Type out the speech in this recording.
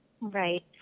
Right